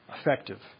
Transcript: effective